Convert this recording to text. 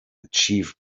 achieve